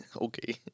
Okay